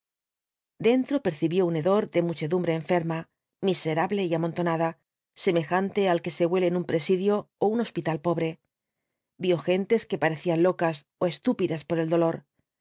dentro percibió un hedor de muchedumbre enferma miserable y amontonada semejante al que se huele en un presidio ó un hospital pobre vio gentes que parecían locas ó estúpidas por el dolor